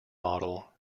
model